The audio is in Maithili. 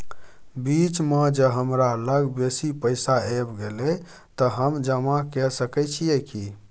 बीच म ज हमरा लग बेसी पैसा ऐब गेले त हम जमा के सके छिए की?